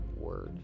word